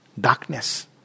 Darkness